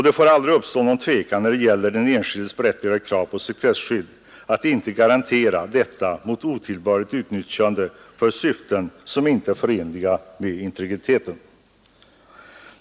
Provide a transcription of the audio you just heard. Det får aldrig uppstå någon tvekan när det gäller att garantera den enskildes berättigade krav på sekretesskydd mot otillbörligt utnyttjande för syften som inte är förenliga med integriteten.